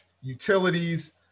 utilities